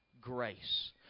grace